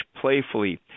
playfully